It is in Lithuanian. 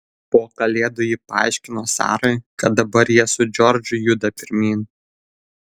po kalėdų ji paaiškino sarai kad dabar jie su džordžu juda pirmyn